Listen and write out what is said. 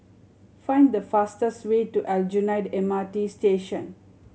find the fastest way to Aljunied M R T Station